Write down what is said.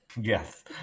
Yes